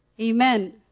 Amen